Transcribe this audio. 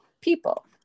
people